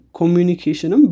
communication